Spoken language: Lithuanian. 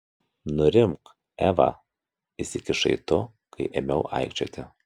nurimk eva įsikišai tu kai ėmiau aikčioti